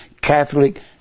Catholic